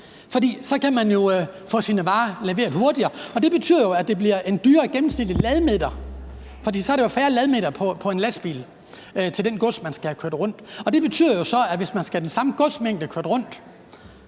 for så kan man jo få leveret sine varer hurtigere. Det betyder, at det bliver en dyrere gennemsnitlig ladmeter, fordi der jo så er færre ladmeter på en lastbil til det gods, man skal have kørt rundt, og det betyder så, at hvis man skal have den samme godsmængde kørt rundt,